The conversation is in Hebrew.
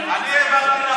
שכיהנה ארבע שנים,